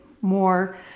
more